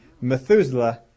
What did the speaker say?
Methuselah